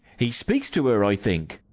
he speaks to her, i think.